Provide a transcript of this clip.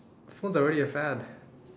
phones are already a fad